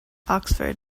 oxford